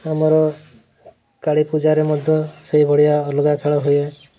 ଆମର କାଳୀପୂଜାରେ ମଧ୍ୟ ସେଇଭଳିଆ ଅଲଗା ଖେଳ ହୁଏ